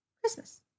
Christmas